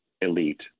elite